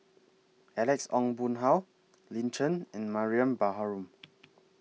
Alex Ong Boon Hau Lin Chen and Mariam Baharom